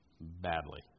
badly